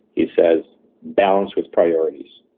he says balance with priorities.